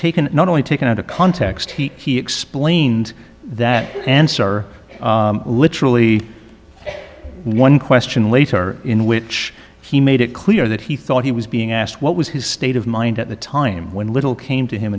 taken not only taken out of context he explained that answer literally one question later in which he made it clear that he thought he was being asked what was his state of mind at the time when little came to him